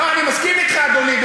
אני מסכים אתך, אדוני.